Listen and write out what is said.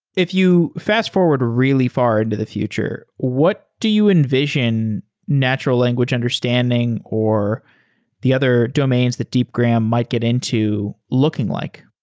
if you fast-forward really far into the future, what do you envision natural language understanding or the other domains that deepgram might get into looking like?